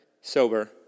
sober